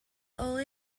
only